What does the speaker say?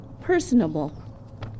personable